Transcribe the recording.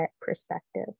Perspective